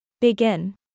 Begin